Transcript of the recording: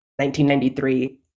1993